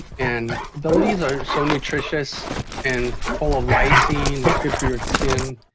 and the leaves are so nutritious and full of lysine it's good for your skin.